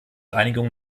einigung